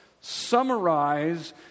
summarize